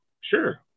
sure